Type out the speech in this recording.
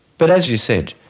but as you said,